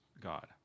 God